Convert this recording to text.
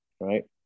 right